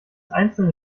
einzelne